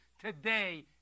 Today